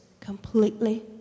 completely